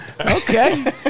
Okay